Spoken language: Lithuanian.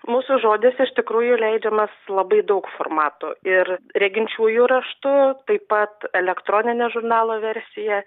mūsų žodis iš tikrųjų leidžiamas labai daug formatų ir reginčiųjų raštu taip pat elektroninė žurnalo versija